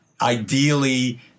Ideally